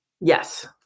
Yes